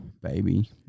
baby